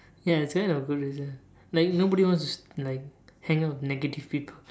ya it's kind of a good reason like nobody wants to like hang out with negative people